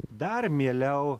dar mieliau